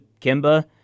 Kimba